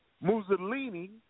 mussolini